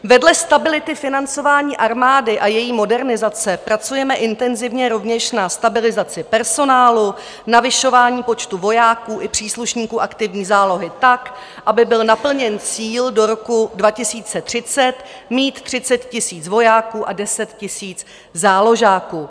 Vedle stability financování armády a její modernizace pracujeme intenzivně rovněž na stabilizaci personálu, navyšování počtu vojáků i příslušníků aktivní zálohy, tak aby byl naplněn cíl do roku 2030 mít 30 000 vojáků a 10 000 záložáků.